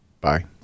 Bye